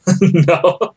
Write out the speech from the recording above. No